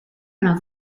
una